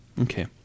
Okay